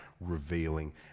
revealing